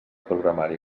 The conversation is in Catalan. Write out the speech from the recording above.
programari